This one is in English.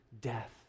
death